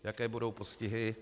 Jaké budou postihy?